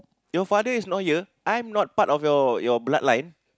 your father is not here I'm not part of your your bloodline